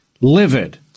Livid